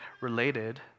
related